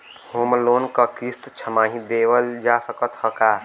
Home loan क किस्त छमाही देहल जा सकत ह का?